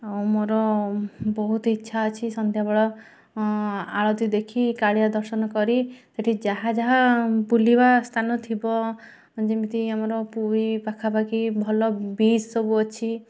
ଆଉ ମୋର ବହୁତ ଇଚ୍ଛା ଅଛି ସନ୍ଧ୍ୟା ବେଳ ଆଳତୀ ଦେଖି କାଳିଆ ଦର୍ଶନ କରି ସେଠି ଯାହା ଯାହା ବୁଲିବା ସ୍ଥାନ ଥିବ ଯେମିତି ଆମର ପୁରୀ ପାଖାପାଖି ଭଲ ବିଚ୍ ସବୁ ଅଛି